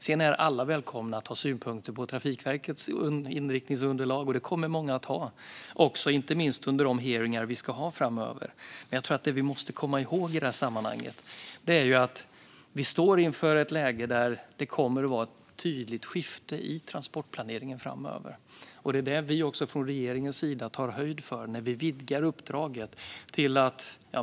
Sedan är alla välkomna att ha synpunkter på Trafikverkets inriktningsunderlag, och det kommer många att ha, inte minst under de hearingar vi ska ha framöver. I det här sammanhanget måste vi komma ihåg att vi står inför ett kommande tydligt skifte i transportplaneringen. Det är också det vi från regeringens sida tar höjd för när vi vidgar uppdraget.